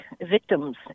victims